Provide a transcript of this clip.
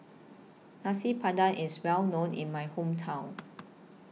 Nasi Padang IS Well known in My Hometown